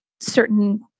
certain